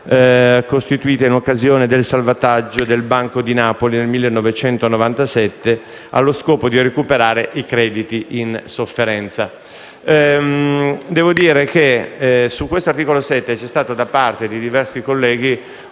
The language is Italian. costituita in occasione del salvataggio del Banco di Napoli nel 1997 allo scopo di recuperare i crediti in sofferenza. Su questo articolo 7 c'è stata da parte di diversi colleghi